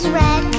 red